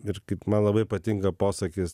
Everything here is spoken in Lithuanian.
ir kaip man labai patinka posakis